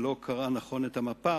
שלא קראה נכון את המפה